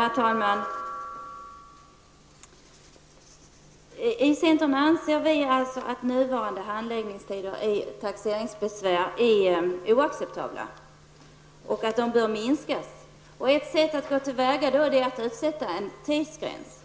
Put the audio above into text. Herr talman! Vi i centern anser att nuvarande handläggningstider i taxeringsbesvär är oacceptabla och att de bör kortas. Ett sätt att gå till väga är att sätta ut en tidsgräns.